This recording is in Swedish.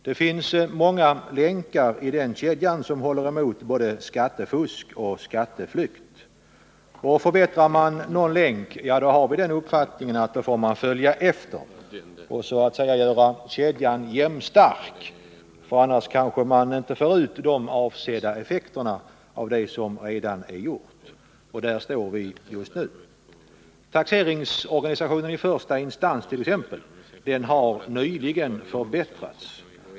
Det finns många länkar i den kedja som håller emot skattefusk och skatteflykt. Förbättrar man någon länk, ja, då får man enligt vår uppfattning följa efter och så att säga göra kedjan jämnstark. Annars kanske man inte får ut den avsedda effekten av det som redan gjorts. Där står vi just nu. Taxeringsorganisationen i första instans har t.ex. nyligen förbättrats.